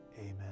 amen